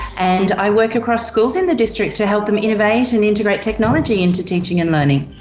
and i work across schools in the district to help them innovate and integrate technology into teaching and learning.